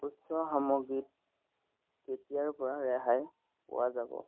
উৎসৱৰ সামগ্ৰীত কেতিয়াৰপৰা ৰেহাই পোৱা যাব